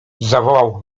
zawołał